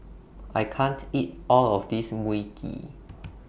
I can't eat All of This Mui Kee